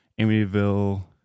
Amityville